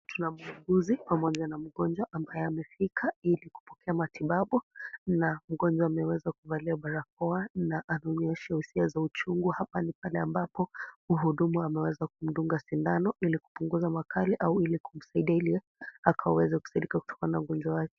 Tuna mwuguzi pamojana mgonjwa ambaye amefika ili kupokea matibabu na mgonjwa ameweza kuvalia barakoa na ameonyesha hisia za uchungu. Hapa ni pale ambapo mhuhumu ameweza kumdunga sindano ili kupunguza makali au ili kumsaidia ili akaweze kusaidika kutokana na ugonjwa wake.